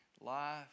Life